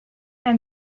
and